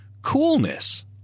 Coolness